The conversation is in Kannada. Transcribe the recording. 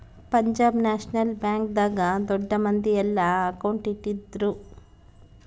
ಪಂಜಾಬ್ ನ್ಯಾಷನಲ್ ಬ್ಯಾಂಕ್ ದಾಗ ದೊಡ್ಡ ಮಂದಿ ಯೆಲ್ಲ ಅಕೌಂಟ್ ಇಟ್ಟಿದ್ರು